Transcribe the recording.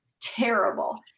terrible